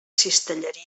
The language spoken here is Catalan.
cistelleria